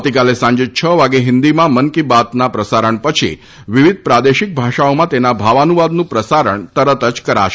આવતીકાલે સાંજે છ વાગ્યે હિન્દીમાં મનકી બાત ના પ્રસારણ પછી વિવિધ પ્રાદેશિક ભાષાઓમાં તેના ભાવાનુવાદનુ પ્રસારણ તરત જ કરાશે